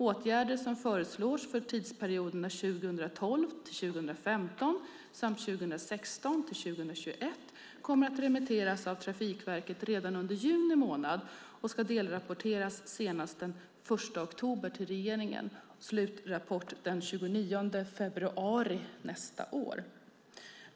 Åtgärder som föreslås för tidsperioderna 2012-2015 och 2016-2021 kommer att remitteras av Trafikverket redan under juni månad och ska delrapporteras till regeringen senast den 1 oktober. Slutrapport blir den 29 februari nästa år.